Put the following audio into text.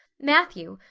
matthew,